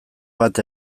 bat